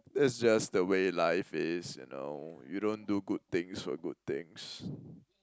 that's just the way life is you know you don't do good things for good things